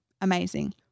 Amazing